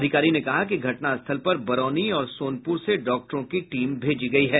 अधिकारी ने कहा कि घटना स्थल पर बरौनी और सोनपुर से डॉक्टरों की टीम भेजी गयी है